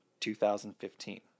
2015